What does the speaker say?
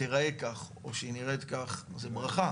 תיראה כך זו ברכה.